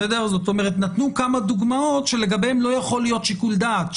זאת אומרת נתנו כמה דוגמאות שלגביהם לא יכול להיות שיקול דעת,